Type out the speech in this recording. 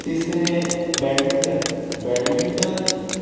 तिसरें badminton badminton